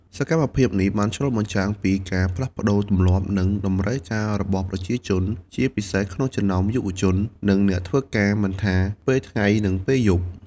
សកម្មភាពនេះឆ្លុះបញ្ចាំងពីការផ្លាស់ប្តូរទម្លាប់ និងតម្រូវការរបស់ប្រជាជន ជាពិសេសក្នុងចំណោមយុវជន និងអ្នកធ្វើការមិនថាពេលថ្ងៃ និងពេលយប់។